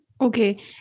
okay